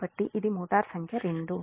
కాబట్టి ఇది మోటారు సంఖ్య 2